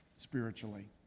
spiritually